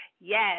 Yes